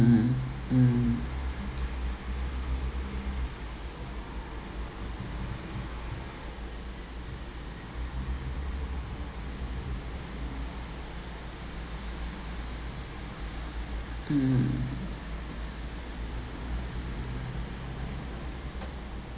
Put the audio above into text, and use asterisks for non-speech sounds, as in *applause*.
mm *breath* mm *breath*